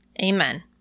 Amen